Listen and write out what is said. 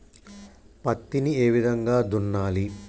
పత్తిని ఏ విధంగా దున్నాలి?